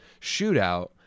shootout